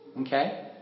Okay